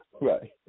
Right